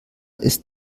ist